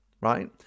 right